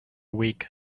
week